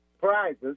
prizes